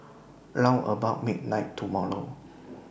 round about midnight tomorrow